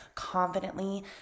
confidently